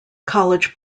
college